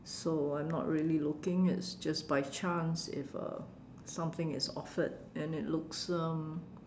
so I'm not really looking it's just by chance if uh something is offered and it looks um